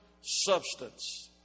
substance